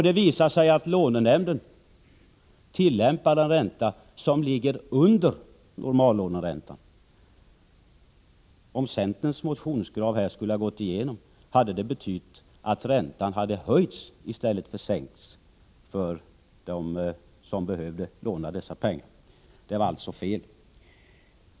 Det visar sig att lånenämnden tillämpar en ränta som ligger under normallåneräntan. Om centerns motionskrav hade gått igenom skulle det ha betytt att räntan hade höjts i stället för sänkts för dem som behövde låna dessa pengar. Det var alltså fel.